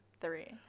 three